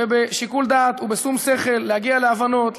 ובשיקול דעת ובשום שכל להגיע להבנות,